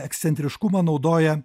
ekscentriškumą naudoja